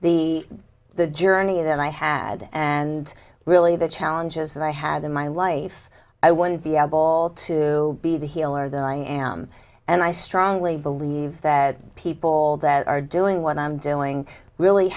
the the journey that i had and really the challenges that i i had in my life i want to be able to be the healer that i am and i strongly believe that people that are doing what i'm doing really